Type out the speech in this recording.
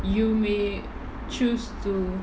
you may choose to